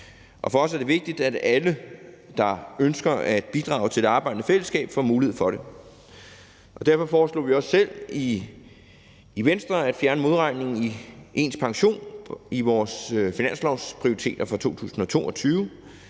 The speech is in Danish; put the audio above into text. For os er det vigtigt, at alle, der ønsker at bidrage til det arbejdende fællesskab, får mulighed for det, og derfor foreslog vi også selv i Venstre at fjerne modregningen i pensionen i vores finanslovsprioriteter for 2022.